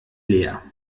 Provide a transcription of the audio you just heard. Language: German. leer